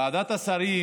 ועדת השרים